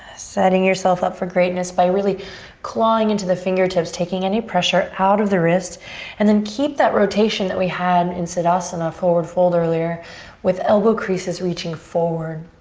setting yourself up for greatness by really clawing into the fingertips, taking any pressure out of the wrist and then keep that rotation that we had in siddhasana, forward fold, earlier with elbow creases reaching forward.